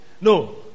no